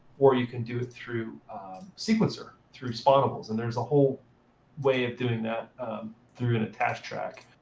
or you can do it through sequencer, through spawnables. and there's a whole way of doing that through an attached track.